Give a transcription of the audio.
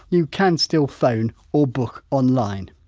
you can still phone or book online.